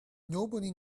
nobody